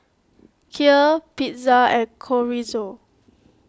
Kheer Pizza and Chorizo